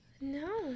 No